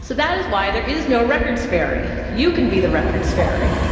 so that is why there is no records fairy. you can be the records fairy,